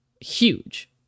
huge